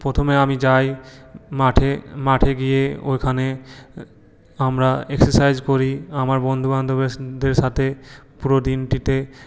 প্রথমে আমি যাই মাঠে মাঠে গিয়ে ওখানে আমরা এক্সারসাইজ করি আমার বন্ধু বান্ধবেরদের সাথে পুরো দিনটিতে